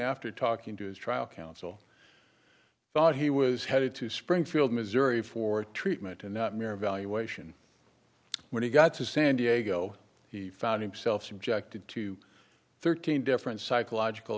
after talking to his trial counsel thought he was headed to springfield missouri for treatment and the mere evaluation when he got to san diego he found himself subjected to thirteen different psychological